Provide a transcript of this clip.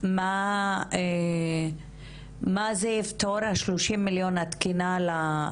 מה יפתרו ה-30 מיליון שקלים האלו?